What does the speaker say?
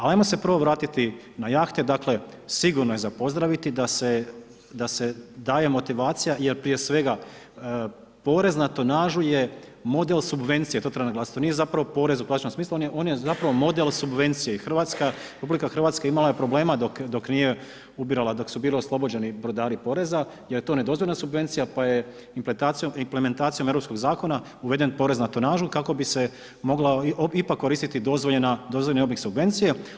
Ajmo se prvo vratiti na jahte, dakle sigurno je za pozdraviti da se daje motivacija jer prije svega porez na tonažu je model subvencije, to treba naglasit, to nije zapravo porez u ... smislu, on je zapravo model subvencije i RH imala je problema dok nije ubirala, dok su bili oslobođeni brodari poreza jer je to nedozvoljena subvencija pa je implementacijom europskog zakona uveden porez na tonažu kako bi se mogla ipak koristiti dozvoljen oblik subvencije.